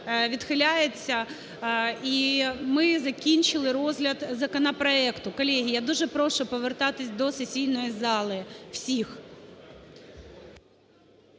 відхиляється. І ми закінчили розгляд законопроекту. Колеги, я дуже прошу повертатись до сесійної зали всіх.